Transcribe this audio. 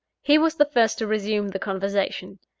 he was the first to resume the conversation.